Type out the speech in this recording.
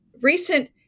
Recent